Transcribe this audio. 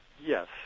yes